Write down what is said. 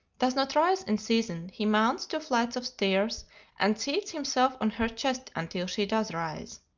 does not rise in season, he mounts two flights of stairs and seats himself on her chest until she does rise.